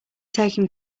taken